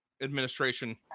administration